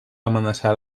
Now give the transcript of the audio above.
amenaçar